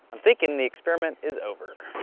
i'm thinking the experiment is over.